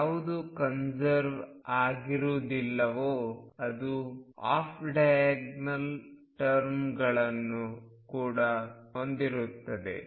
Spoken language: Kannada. ಯಾವುದು ಕನ್ಸರ್ವ್ ಆಗಿರುವುದಿಲ್ಲವೋ ಅದು ಆಫ್ ಡಯಾಗೋನಲ್ ಟರ್ಮ್ಗಳನ್ನು ಕೂಡ ಹೊಂದಿರುತ್ತದೆ